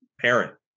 parent